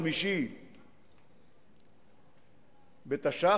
חמישי באייר תש"ח,